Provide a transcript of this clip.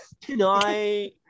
Tonight